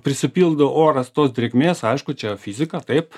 prisipildo oras tos drėgmės aišku čia fizika taip